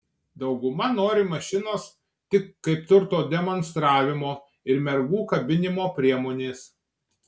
dauguma nori mašinos tik kaip turto demonstravimo ir mergų kabinimo priemonės